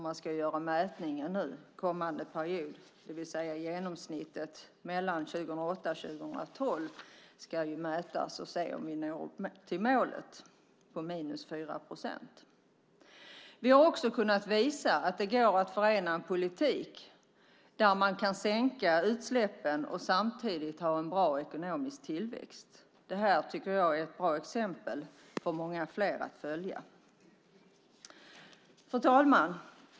Man ska göra en mätning under kommande period 2008-2012 för att få fram genomsnittet och se om vi har nått målet på minus 4 procent. Vi har också kunnat visa att det går att föra en politik där man kan minska utsläppen och samtidigt ha en bra ekonomisk tillväxt. Det tycker jag är ett bra exempel för många fler att följa. Fru talman!